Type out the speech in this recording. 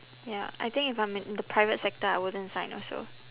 ya I think if I'm in in the private sector I wouldn't sign also